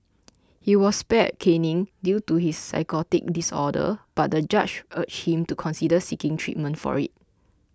he was spared caning due to his psychotic disorder but the judge urged him to consider seeking treatment for it